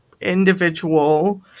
individual